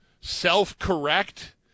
self-correct